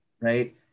Right